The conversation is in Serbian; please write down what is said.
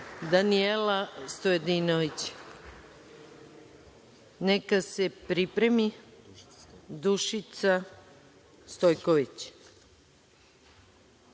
Danijela Stojadinović. Neka se pripremi Dušica Stojković.